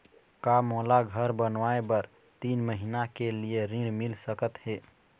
का मोला घर बनाए बर तीन महीना के लिए ऋण मिल सकत हे?